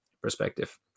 perspective